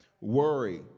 Worry